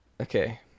Okay